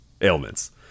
ailments